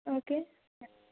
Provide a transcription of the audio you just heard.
okay